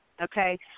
okay